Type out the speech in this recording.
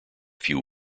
few